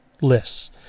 lists